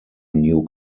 new